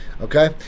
Okay